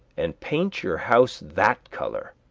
and paint your house that color.